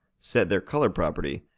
set their color property,